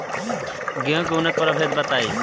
गेंहू के उन्नत प्रभेद बताई?